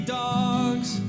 dogs